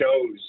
shows